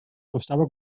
costava